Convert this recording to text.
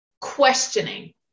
questioning